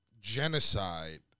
genocide